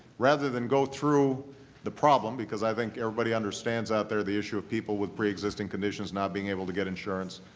rather than go through the problem, because i think everybody understands out there the issue of people with preexisting conditions not being able to get insurance,